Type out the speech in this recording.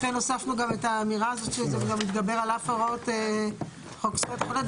לכן הוספנו גם את האמירה הזאת שגם מתגבר על אף הוראות חוק זכויות החולה.